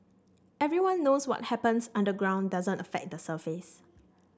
everyone knows what happens underground doesn't affect the surface